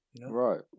Right